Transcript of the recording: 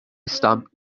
stamp